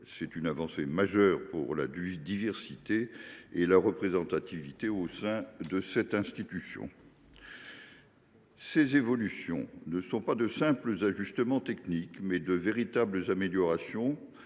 C’est une avancée majeure pour la diversité et la représentativité au sein de cette institution. Ces évolutions sont non pas de simples ajustements techniques, mais de véritables améliorations,